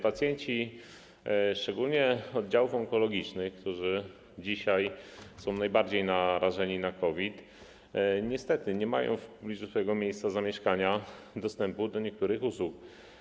Pacjenci, szczególnie oddziałów onkologicznych, którzy dzisiaj są najbardziej narażeni na COVID, niestety nie mają w miejscu swojego zamieszkania dostępu do niektórych usług.